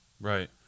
right